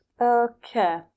Okay